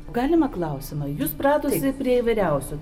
galima klausimą jūs pratusi prie įvyriausių